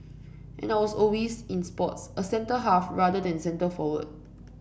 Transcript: and I was always in sports a centre half rather than centre forward